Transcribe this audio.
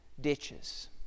ditches